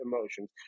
emotions